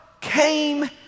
came